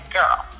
girl